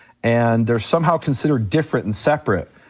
and they're somehow considered different and separate.